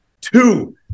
two